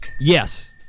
Yes